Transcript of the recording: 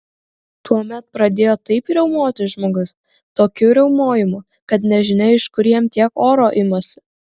tuomet pradėjo taip riaumoti žmogus tokiu riaumojimu kad nežinia iš kur jam tiek oro imasi